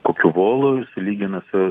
kokiu volu sulygina su